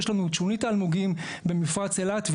יש לנו את שונית האלמוגים במפרץ אילת,